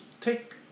take